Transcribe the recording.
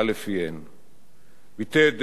ביטא את דעותיו בקול מחוספס ורועם,